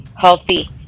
healthy